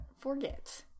forget